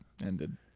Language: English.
Ended